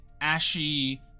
ashy